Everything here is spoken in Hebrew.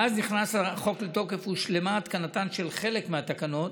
מאז נכנס החוק לתוקף הושלמה התקנתן של חלק מהתקנות,